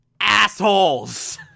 assholes